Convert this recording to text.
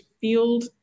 field